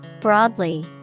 Broadly